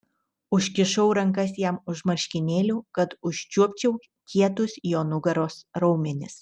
užkišau rankas jam už marškinėlių kad užčiuopčiau kietus jo nugaros raumenis